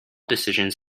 decisions